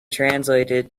translated